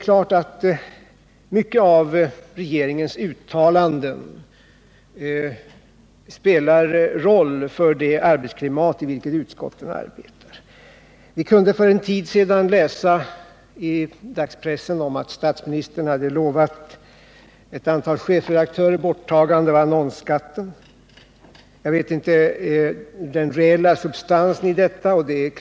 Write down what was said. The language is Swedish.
Många av regeringens uttalanden spelar givetvis en roll för det arbetsklimat i vilket utskotten arbetar. Vi kunde för en tid sedan läsa i dagspressen att statsministern hade lovat ett antal chefredaktörer ett borttagande av annonsskatten. Jag vet inte vad det finns för reell substans i detta.